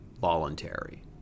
voluntary